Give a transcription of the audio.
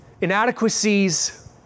inadequacies